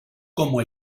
como